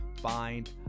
find